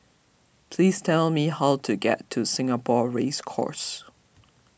please tell me how to get to Singapore Race Course